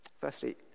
Firstly